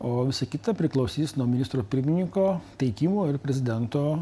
o visa kita priklausys nuo ministro pirmininko teikimo ir prezidento